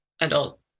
adult